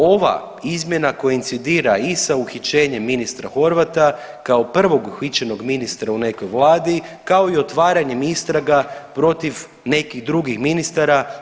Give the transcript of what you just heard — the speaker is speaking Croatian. Ova izmjena koincidira i sa uhićenjem ministra Horvata kao prvog uhićenog ministra u nekoj Vladi, kao i otvaranjem istraga protiv nekih drugih ministara.